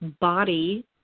body